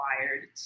required